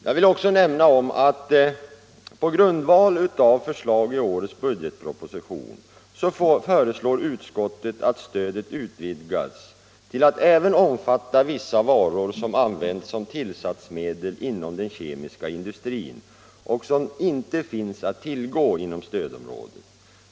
Jag vill också nämna att på grundval av förslag i årets budgetproposition föreslår utskottet att stödet utvidgas till att även omfatta vissa varor som används som tillsatsmedel inom den kemiska industrin och som inte finns att tillgå inom stödområdet.